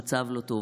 המצב לא טוב.